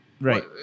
Right